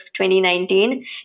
2019